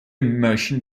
motion